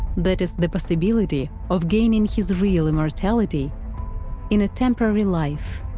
that is, the possibility of gaining his real immortality in a temporary life.